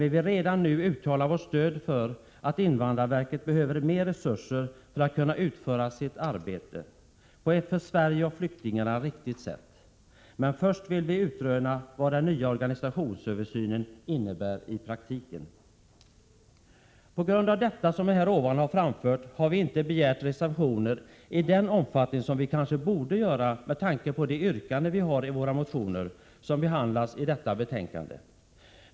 Vi vill redan nu uttala vårt stöd för ökade resurser till invandrarverket, för att det skall kunna utföra sitt arbete på ett för Sverige och flyktingarna riktigt sätt, men först vill vi utröna vad den nya organisationsöversynen innebär i praktiken. På grund av det som jag nu har framfört har vi inte avgivit reservationer i den omfattning som vi kanske borde ha gjort med tanke på de yrkanden vi har i våra motioner som behandlas i detta betänkande.